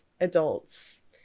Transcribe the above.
adults